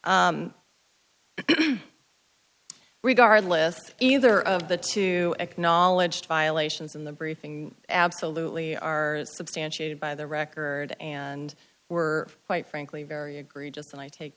regardless of either of the to acknowledge violations in the briefing absolutely are substantiated by the record and were quite frankly very egregious and i take